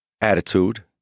attitude